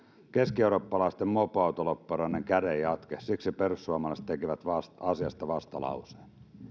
keskieurooppalaisten mopoautolobbareiden kädenjatke siksi perussuomalaiset tekivät asiasta vastalauseen